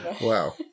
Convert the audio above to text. Wow